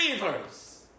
believers